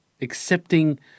accepting